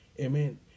Amen